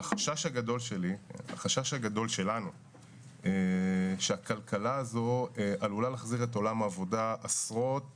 החשש הגדול שלנו הוא שהכלכלה הזו עלולה להחזיר את עולם העבודה עשרות